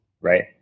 right